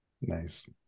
Nice